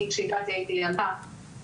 אני כשהגעתי הייתי ילדה,